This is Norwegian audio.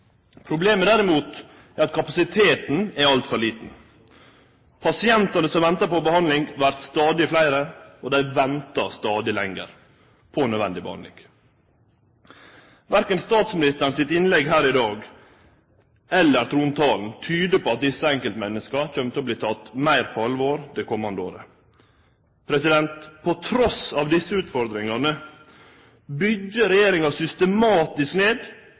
Problemet er derimot at kapasiteten er altfor liten. Pasientane som ventar på behandling, vert stadig fleire, og dei ventar stadig lenger på nødvendig behandling. Verken statsministeren sitt innlegg her i dag eller trontalen tyder på at desse enkeltmenneska kjem til å verte tekne meir på alvor det komande året. Trass i desse utfordringane byggjer regjeringa systematisk ned